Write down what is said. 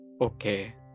okay